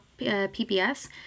PBS